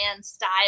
style